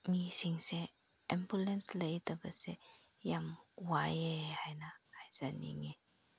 ꯃꯤꯁꯤꯡꯁꯦ ꯑꯦꯝꯕꯨꯂꯦꯟꯁ ꯂꯩꯇꯕꯁꯦ ꯌꯥꯝ ꯋꯥꯏꯌꯦ ꯍꯥꯏꯅ ꯍꯥꯏꯖꯅꯤꯡꯉꯤ